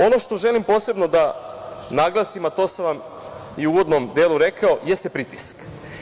Ono što želim posebno da naglasim, a to sam vam i u uvodnom delu rekao jeste pritisak.